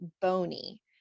bony